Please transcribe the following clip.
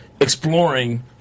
exploring